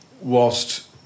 whilst